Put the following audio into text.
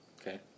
okay